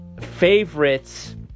favorites